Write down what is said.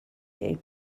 you